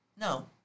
No